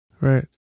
Right